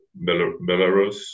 Belarus